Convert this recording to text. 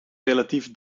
relatief